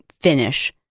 finish